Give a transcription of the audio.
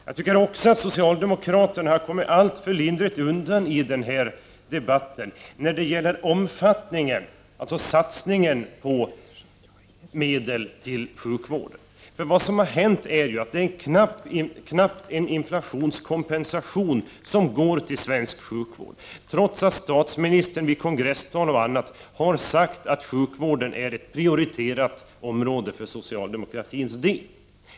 Jag tycker också att socialdemokraterna har kommit alltför lindrigt undan i den här debatten när det gäller satsningen på medel till sjukvården. Det som har gått till svensk sjukvård är ju knappt en inflationskompensation, detta trots att statsministern vid kongresstal och i andra sammanhang har sagt att sjukvården är ett prioriterat område för socialdemokratin.